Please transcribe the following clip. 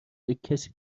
بکسی